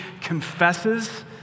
confesses